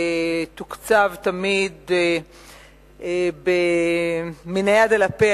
תוקצב תמיד מן היד אל הפה,